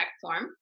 form